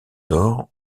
d’or